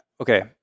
okay